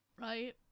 Right